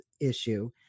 issue